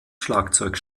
schlagzeug